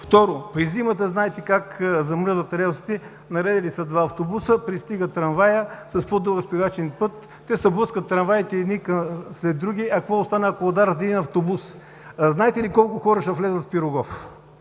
Второ, през зимата знаете как замръзват релсите. Наредили са се два автобуса, пристига трамваят с по-дълъг спирачен път, трамваите се блъскат един след друг, а какво става, ако ударят един автобус? Знаете ли колко хора ще влезнат в „Пирогов“?